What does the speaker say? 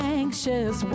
anxious